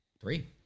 Three